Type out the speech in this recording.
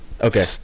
Okay